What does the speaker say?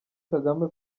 kagame